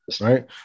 Right